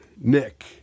Nick